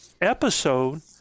episode